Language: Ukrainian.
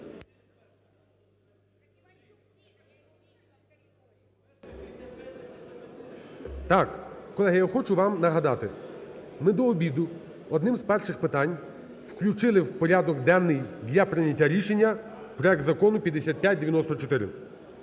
Так, колеги, я хочу вам нагадати, ми до обіду одним з перших питань включили в порядок денний для прийняття рішення проект Закону 5594,